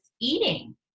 eating